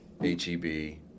H-E-B